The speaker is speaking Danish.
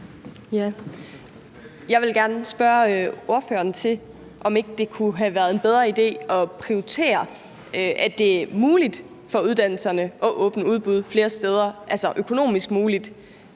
Jeg vil gerne spørge ordføreren, om ikke det kunne have været en bedre idé at prioritere, at det er muligt for uddannelserne at åbne udbud flere steder, altså økonomisk muligt.